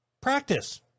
practice